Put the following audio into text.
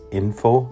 info